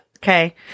Okay